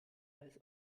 als